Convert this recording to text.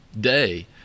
day